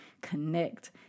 connect